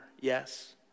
yes